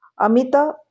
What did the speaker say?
Amita